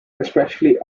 especially